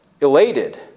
elated